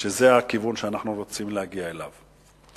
שזה הכיוון שאנחנו רוצים להגיע אליו.